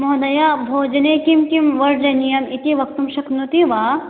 महोदय भोजने किं किं वर्जनीयम् इति वक्तुं शक्नोति वा